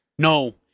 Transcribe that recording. No